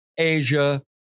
Asia